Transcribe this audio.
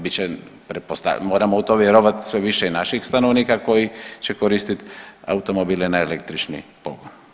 Bit će pretpostavljam, moramo u to vjerovat sve više je naših stanovnika koji će koristiti automobile na električni pogon.